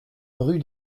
rue